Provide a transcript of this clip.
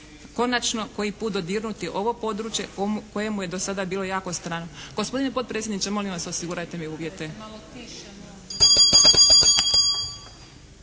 konačno koji put dodirnuti ovo područje koje mu je do sada bilo jako strano. Gospodine potpredsjedniče, molim vas osigurajte mi uvjete.